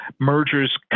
mergers